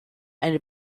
eine